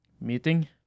meeting